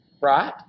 Right